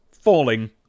falling